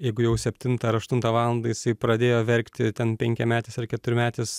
jeigu jau septintą ar aštuntą valandą jisai pradėjo verkti ten penkiametis ar keturmetis